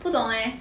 不懂 leh